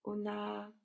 Una